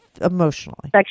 emotionally